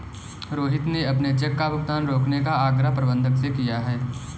रोहित ने अपने चेक का भुगतान रोकने का आग्रह प्रबंधक से किया है